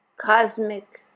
cosmic